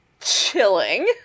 chilling